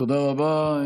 תודה רבה.